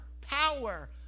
power